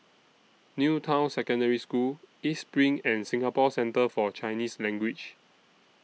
New Town Secondary School East SPRING and Singapore Centre For Chinese Language